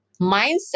mindset